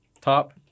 Top